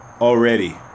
Already